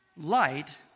Light